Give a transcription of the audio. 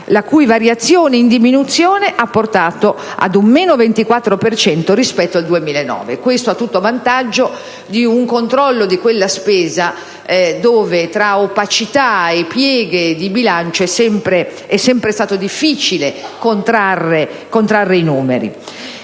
la cui variazione evidenzia una diminuzione del 24 per cento rispetto al 2009. E questo a tutto vantaggio di un controllo di quella spesa dove, tra opacità e pieghe di bilancio, è sempre stato difficile contrarre i numeri.